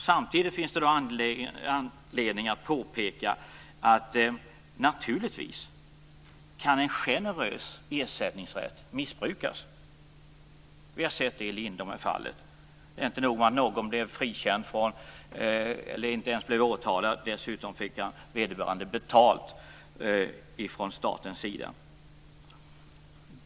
Samtidigt finns det anledning att påpeka att en generös ersättningsrätt naturligtvis kan missbrukas. Vi har sett det i Lindomefallet. Det var inte nog med att någon slapp åtal - vederbörande fick dessutom betalt från statens sida.